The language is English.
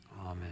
Amen